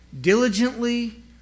Diligently